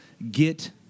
get